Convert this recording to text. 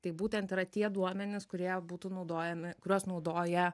tai būtent yra tie duomenys kurie būtų naudojami kuriuos naudoja